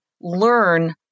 learn